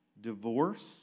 divorce